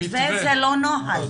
מתווה זה לא נוהל.